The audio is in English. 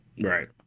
Right